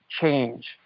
change